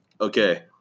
okay